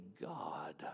God